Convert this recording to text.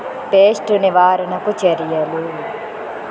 Pest నివారణకు చర్యలు?